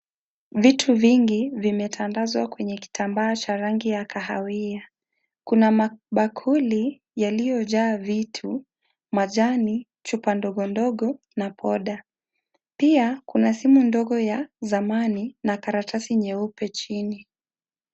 Vitu vingi vimetandazwa kwenye kitambaa cha rangi ya kahawia. Kuna mabakuli yaliyojaa vitu, majani, chupa ndogo ndogo na poda. Pia kuna simu ndogo ya zamani na karatasi nyeupe chini.